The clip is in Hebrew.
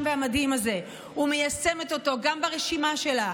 והמדהים הזה ומיישמת אותו גם ברשימה שלה,